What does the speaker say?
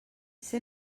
ser